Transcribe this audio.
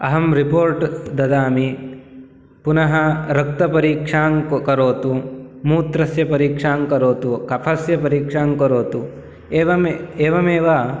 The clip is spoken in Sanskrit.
अहं रिपोर्ट् ददामि पुनः रक्तपरीक्षां करोतु मूत्रस्य परीक्षां करोतु कफस्य परीक्षां करोतु एवमे एवमेव